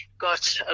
got